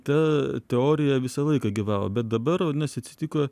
ta teorija visą laiką gyvavo bet dabar nes atsitiko